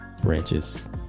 branches